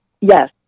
Yes